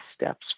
steps